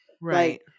Right